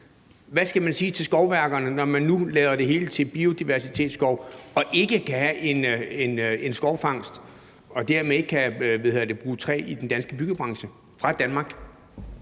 Hvad skal man sige til skovværkerne, når man nu laver det hele til biodiversitetsskov og ikke kan at have en skovfangst og dermed ikke kan bruge træ fra Danmark i den danske byggebranche?